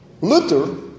Luther